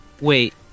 Wait